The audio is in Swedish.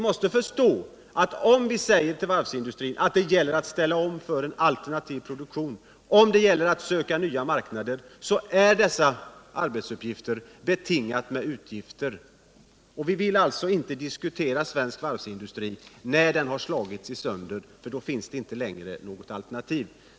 När vi säger till varvsindustrin att den måste ställa om till en alternativ produktion för att den skall kunna söka nya marknader, så måste vi förstå att dessa arbetsuppgifter är förenade med utgifter. Vi vill inte diskutera svensk varvsindustri när den har slagits sönder, för då finns inte längre något alternativ.